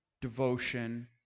devotion